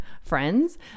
friends